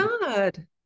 God